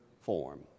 form